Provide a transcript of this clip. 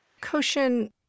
Koshin